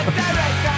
direct